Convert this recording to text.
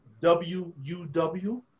WUW